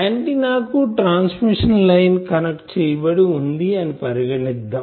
antenna కు transmission line connect చేయబడి వుంది అని పరిగణిద్దాం